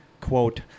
quote